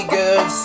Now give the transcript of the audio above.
good